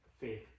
faith